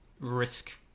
risk